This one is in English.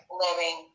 living